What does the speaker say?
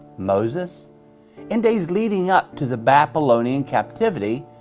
moses and days leading up to the babylonian captivity.